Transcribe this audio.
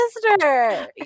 Sister